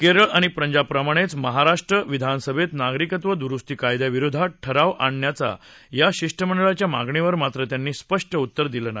केरळ आणि पंजाबप्रमाणे महाराष्ट्र विधानसभेत नागरिकत्व दुरुस्ती कायद्याविरोधात ठराव आणण्याच्या या शिष्टमंडळाच्या मागणीवर मात्र त्यांनी स्पष्ट उत्तर दिलं नाही